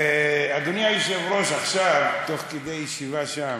אדוני היושב-ראש, עכשיו, תוך כדי ישיבה שם,